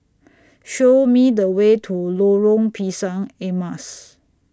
Show Me The Way to Lorong Pisang Emas